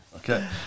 Okay